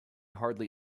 hardly